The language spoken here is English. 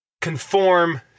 conform